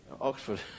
Oxford